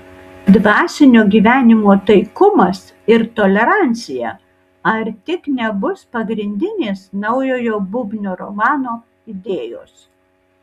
dvasinio gyvenimo taikumas ir tolerancija ar tik nebus pagrindinės naujojo bubnio romano idėjos